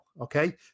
Okay